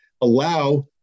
allow